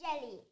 Jelly